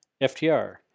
FTR